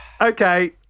Okay